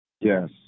Yes